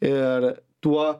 ir tuo